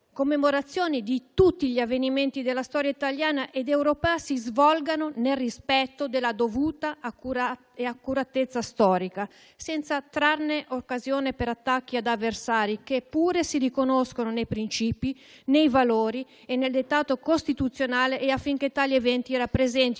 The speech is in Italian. commemorazioni di tutti gli avvenimenti della storia italiana ed europea si svolgano nel rispetto della dovuta accuratezza storica, senza trarne occasione per attacchi ad avversari che pure si riconoscono nei principi, nei valori e nel dettato costituzionale e affinché tali eventi rappresentino